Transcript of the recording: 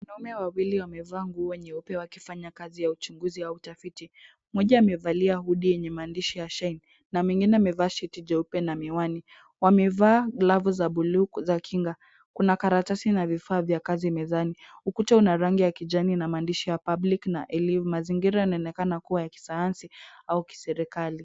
Wanaume wawili wamevaa nguo nyeupe wakifanya kazi ya uchunguzi au utafiti .Mmoja amevalia hoodie yenye maandishi ya sheng na mwingine amevaa shati jeupe na miwani ,wamevaa glavu za buluu za kinga . Kuna karatasi na vifaa vya kazi mezani .Ukuta una rangi ya kijani na maandishi ya public na elimu. Mazingira yanaonekana kuwa ya kisayansi au kiserikali.